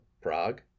Prague